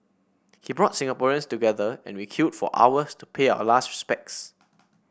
he brought Singaporeans together and we queued for hours to pay our last respects